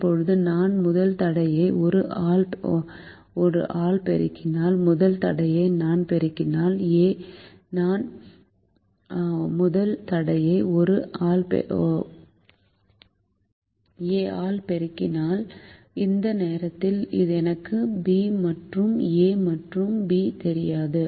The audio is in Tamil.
இப்போது நான் முதல் தடையை ஒரு a பெருக்கினால் முதல் தடையை நான் பெருக்கினால் a நான் முதல் தடையை aஆல் பெருக்குகிறேன் இரண்டாவது கட்டுப்பாட்டை b ஆல் பெருக்குகிறேன் இந்த நேரத்தில் எனக்கு b மற்றும் a மற்றும் b தெரியாது